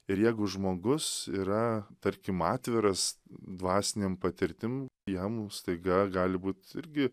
ir jeigu žmogus yra tarkim atviras dvasinėm patirtim jam staiga gali būt irgi